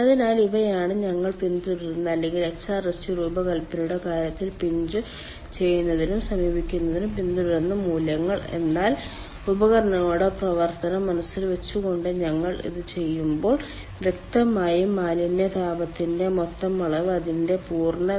അതിനാൽ ഇവയാണ് ഞങ്ങൾ പിന്തുടരുന്ന അല്ലെങ്കിൽ HRSG രൂപകൽപ്പനയുടെ കാര്യത്തിൽ പിഞ്ച് ചെയ്യുന്നതിനും സമീപിക്കുന്നതിനും പിന്തുടരുന്ന മൂല്യങ്ങൾ എന്നാൽ ഉപകരണങ്ങളുടെ പ്രവർത്തനം മനസ്സിൽ വെച്ചുകൊണ്ട് ഞങ്ങൾ ഇത് ചെയ്യുമ്പോൾ വ്യക്തമായും മാലിന്യ താപത്തിന്റെ മൊത്തം അളവ് അതിന്റെ പൂർണ്ണ